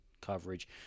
coverage